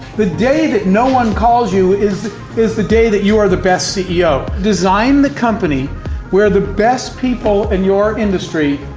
the day that no one calls you is is the day that you are the best ceo. design the company where the best people in your industry,